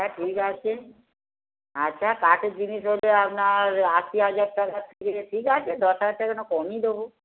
হ্যাঁ ঠিক আছে আচ্ছা কাঠের জিনিস হলে আপনার আশি হাজার টাকা থেকে ঠিক আছে দশ হাজার টাকা না কমই দেবো